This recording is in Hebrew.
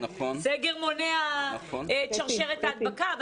סגר מונע את שרשרת ההדבקה,